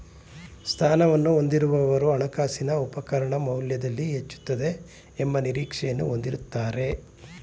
ಸ್ಥಾನವನ್ನು ಹೊಂದಿರುವವರು ಹಣಕಾಸಿನ ಉಪಕರಣ ಮೌಲ್ಯದಲ್ಲಿ ಹೆಚ್ಚುತ್ತದೆ ಎಂಬ ನಿರೀಕ್ಷೆಯನ್ನು ಹೊಂದಿರುತ್ತಾರೆ